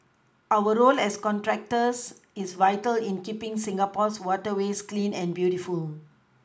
our role as contractors is vital in keePing Singapore's waterways clean and beautiful